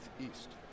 East